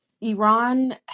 Iran